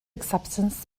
acceptance